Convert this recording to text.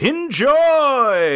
Enjoy